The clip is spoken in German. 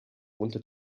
unter